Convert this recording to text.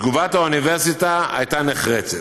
תגובת האוניברסיטה הייתה נחרצת.